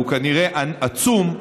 והוא כנראה עצום,